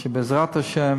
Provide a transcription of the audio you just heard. בעזרת השם